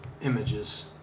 Images